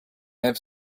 have